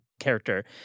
character